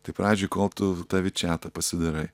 tai pradžioj kol tu tą vičiatą pasidarai